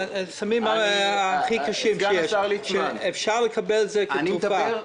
סמים הכי קשים שיש שאפשר לקבל אותם כתרופה,